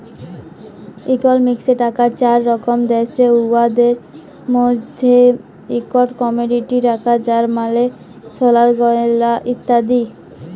ইকলমিক্সে টাকার চার রকম দ্যাশে, উয়াদের মইধ্যে ইকট কমডিটি টাকা যার মালে সলার গয়লা ইত্যাদি